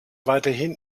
weiterhin